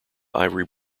ivory